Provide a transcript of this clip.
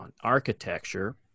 architecture